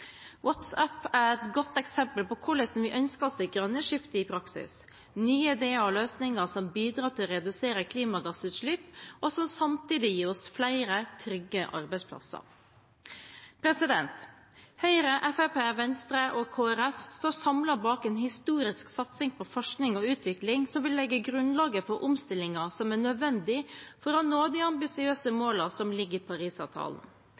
er et godt eksempel på hvordan vi ønsker det grønne skiftet i praksis: nye ideer og løsninger som bidrar til å redusere klimagassutslipp, og som samtidig gir oss flere, trygge arbeidsplasser. Høyre, Fremskrittspartiet, Venstre og Kristelig Folkeparti står samlet bak en historisk satsing på forskning og utvikling som vil legge grunnlaget for omstillingen som er nødvendig for å nå de ambisiøse målene som ligger i